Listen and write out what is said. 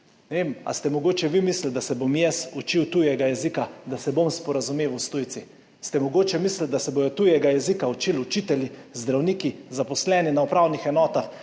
vem, ali ste mogoče vi mislili, da se bom jaz učil tujega jezika, da se bom sporazumeval s tujci? Ste mogoče mislili, da se bodo tujega jezika učili učitelji, zdravniki, zaposleni na upravnih enotah,